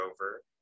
over